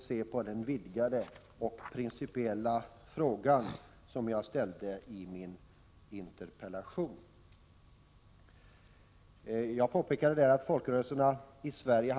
Ett slående exempel är det sedan något år borttagna stödet till organisationernas tidskrifter.